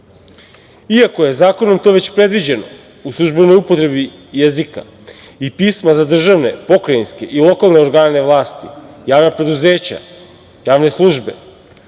Iako je to zakonom već predviđeno, u službenoj upotrebi jezika i pisma za državne, pokrajinske i lokalne organe vlasti, javna preduzeća, javne službe,